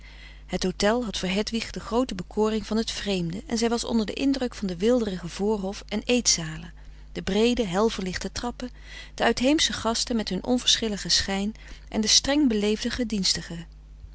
het hotel had voor hedwig de groote bekoring van het vreemde en zij was onder den indruk van de weelderige voorhof en eet zalen de breede hel verlichte trappen de uitheemsche gasten met hun onverschilligen schijn en de streng beleefde gedienstigen